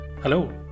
hello